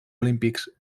olímpics